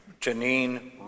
Janine